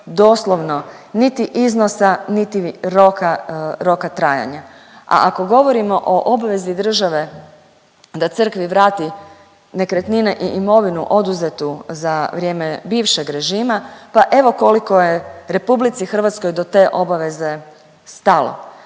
doslovno niti iznosa, niti roka trajanja. A ako govorimo o obvezi države da crkvi vrati nekretnine i imovinu oduzetu za vrijeme bivšeg režima, pa evo koliko je Republici Hrvatskoj do te obaveze stalo.